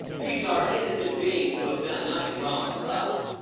these are innocent beings, who have done nothing wrong to us.